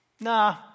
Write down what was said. Nah